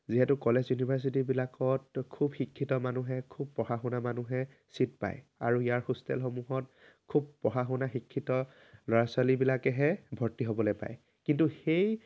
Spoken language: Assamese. যিহেতু কলেজ ইউনিভাৰ্চিটিবিলাকত খুব শিক্ষিত মানুহে খুব পঢ়া শুনা মানুহে ছীট পায় আৰু ইয়াৰ হোষ্টেলসমূহত খুব পঢ়া শুনা শিক্ষিত ল'ৰা ছোৱালীবিলাকেহে ভৰ্তি হ'বলৈ পায় কিন্তু সেই